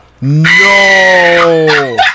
No